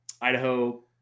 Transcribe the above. Idaho